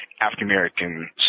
African-American